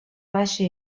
baixa